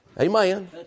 amen